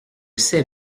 sais